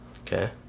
Okay